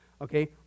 okay